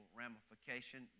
ramification